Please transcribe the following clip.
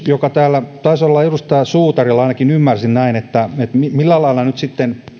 joka täällä taisi olla edustaja suutarilla ainakin ymmärsin näin että millä lailla nyt sitten